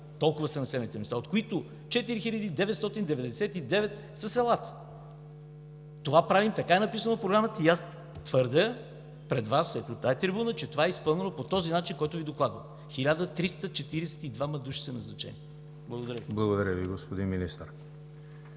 толкова са населените места, от които 4999 са селата. Това правим, така е написано в Програмата. Аз твърдя пред Вас от тази трибуна, че това е изпълнено по този начин, който Ви докладвам – 1342 души са назначени. Благодаря. ПРЕДСЕДАТЕЛ ЕМИЛ ХРИСТОВ: Благодаря Ви, господин Министър.